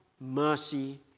mercy